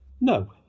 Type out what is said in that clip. No